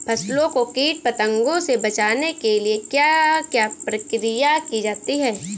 फसलों को कीट पतंगों से बचाने के लिए क्या क्या प्रकिर्या की जाती है?